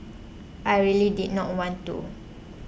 I really did not want to